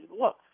look